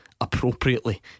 appropriately